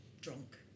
drunk